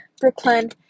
Brooklyn